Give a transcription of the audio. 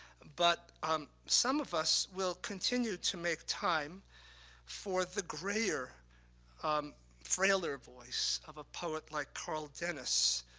but um some of us will continue to make time for the grayer um frailer voice of a poet like carl dennis,